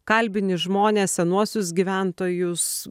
kalbini žmones senuosius gyventojus